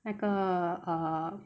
那个 err